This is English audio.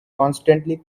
constantly